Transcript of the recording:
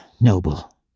noble